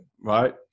right